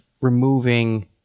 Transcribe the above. removing